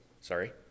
sorry